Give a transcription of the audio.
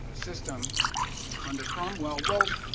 ah system under cromwell. well,